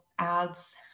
ads